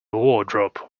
wardrobe